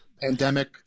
pandemic